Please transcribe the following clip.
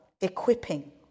equipping